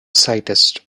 slightest